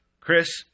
Chris